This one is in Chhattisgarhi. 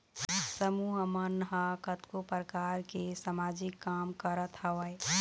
समूह मन ह कतको परकार के समाजिक काम करत हवय